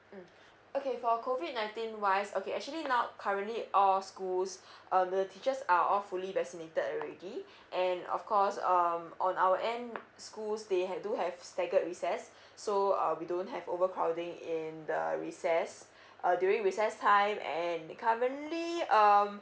mm okay for COVID Nineteen wise okay actually now currently all schools uh the teachers are all fully vaccinated already and of course um on our end school stag~ do have staggered recess so uh we don't have overcrowding in the recess uh during recess time and currently um